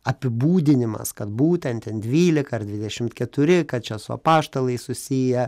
apibūdinimas kad būtent ten dvylika ar dvidešimt keturi kad čia su apaštalais susiję